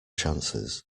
chances